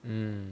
mm